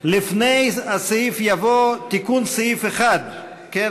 לפני הסעיף יבוא: "תיקון סעיף 1", כן?